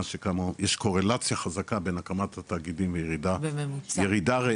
יש קורלציה חזקה בין הקמת התאגידים וירידה ריאלית,